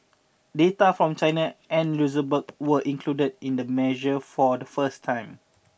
data from China and Luxembourg were included in the measure for the first time